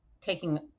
taking